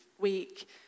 week